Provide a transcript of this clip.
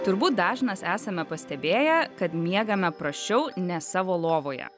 turbūt dažnas esame pastebėję kad miegame prasčiau ne savo lovoje